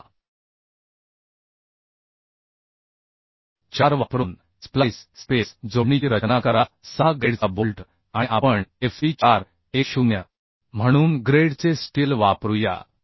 आता 4 वापरून splice space जोडणीची रचना करा 6 ग्रेडचा बोल्ट आणि आपण FE 4 1 0 म्हणून ग्रेडचे स्टील वापरूया